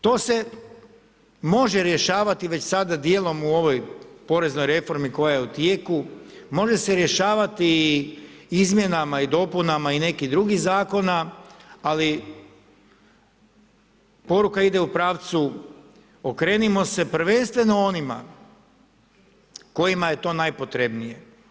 To se može rješavati već sada dijelom u ovoj poreznoj reformi koja je u tijeku, može se rješavati i izmjenama i dopunama i nekih drugih zakona, ali poruka ide u pravcu okrenimo se prvenstveno onima kojima je to najpotrebnije.